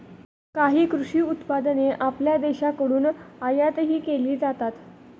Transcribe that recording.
काही कृषी उत्पादने आपल्या देशाकडून आयातही केली जातात